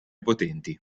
potenti